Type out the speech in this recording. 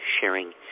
sharing